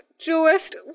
truest